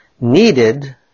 Needed